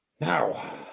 Now